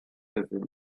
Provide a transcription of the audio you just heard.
ever